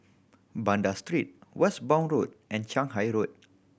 Banda Street Westbourne Road and Shanghai Road